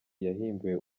yahimbiwe